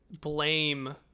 blame